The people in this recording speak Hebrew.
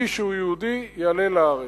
מי שהוא יהודי, יעלה לארץ.